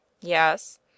Yes